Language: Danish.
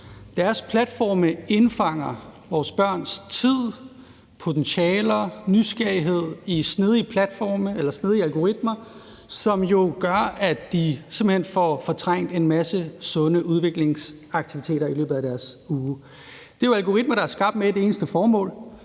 Deres platforme indfanger vores børns tid, potentiale, nysgerrighed i snedige algoritmer, som jo gør, at de simpelt hen får fortrængt en masse sunde udviklingsaktiviteter i løbet af deres uge. Det er jo algoritmer, der er skabt med et eneste formål: